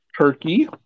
Turkey